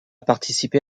participé